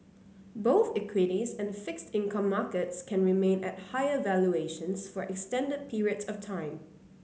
both equities and fixed income markets can remain at higher valuations for extended periods of time